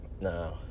No